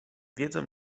wiedzą